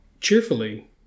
cheerfully